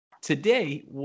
today